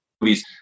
movies